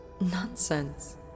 Nonsense